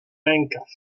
rękaw